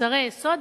מוצרי יסוד,